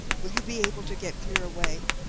will you be able to get clear away?